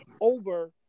over